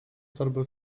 torby